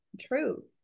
true